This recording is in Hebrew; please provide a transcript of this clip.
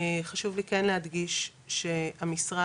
חשוב לי כן להדגיש שהמשרד,